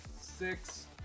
six